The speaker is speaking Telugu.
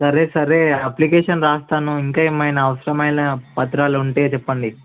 సరే సరే అప్లికేషన్ రాస్తాను ఇంకా ఏమైనా అవసరమైన పత్రాలు ఉంటే చెప్పండి